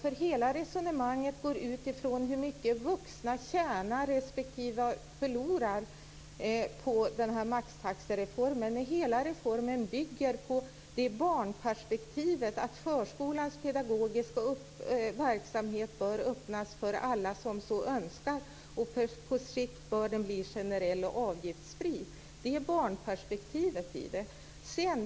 Hela resonemanget utgår från hur mycket vuxna tjänar respektive förlorar på maxtaxereformen. Hela reformen bygger på barnperspektivet, dvs. förskolans pedagogiska verksamhet bör öppnas för alla som så önskar. På sikt bör den bli generell och avgiftsfri. Det är barnperspektivet.